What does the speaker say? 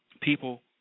People